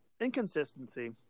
inconsistency